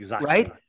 right